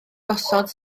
gosod